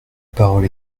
parole